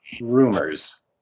rumors